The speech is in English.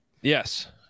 yes